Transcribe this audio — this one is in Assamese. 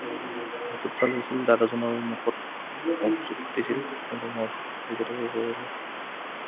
হাতত চাল গৈছিল দাদাজনৰ মুখত ওঁঠটো ফাটিছিল কিন্তু মোৰ